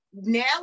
now